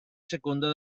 seconda